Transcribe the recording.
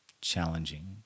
challenging